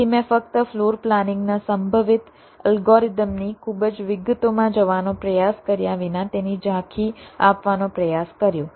તેથી મેં ફક્ત ફ્લોર પ્લાનિંગના સંભવિત અલ્ગોરિધમની ખૂબ જ વિગતોમાં જવાનો પ્રયાસ કર્યા વિના તેની ઝાંખી આપવાનો પ્રયાસ કર્યો